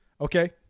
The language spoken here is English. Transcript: okay